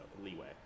leeway